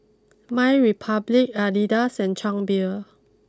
MyRepublic Adidas and Chang Beer